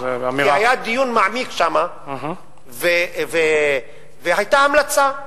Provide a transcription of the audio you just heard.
היה דיון מעמיק שם והיתה המלצה,